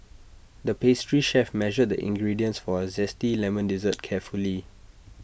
the pastry chef measured the ingredients for A Zesty Lemon Dessert carefully